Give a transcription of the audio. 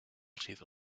sido